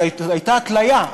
זאת הייתה התליה,